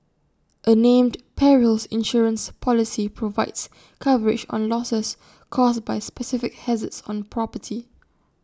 A named Perils Insurance Policy provides coverage on losses caused by specific hazards on property